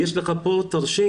יש לך פה תרשים,